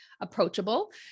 approachable